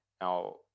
Now